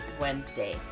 Wednesday